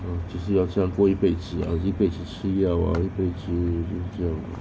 只是要这样过一辈子啊一辈子吃药啊一辈子这样